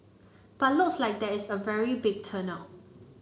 but looks like there is a very big turn out